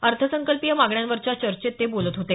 अर्थसंकल्पीय मागण्यांवरच्या चर्चेत ते बोलत होते